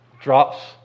Drops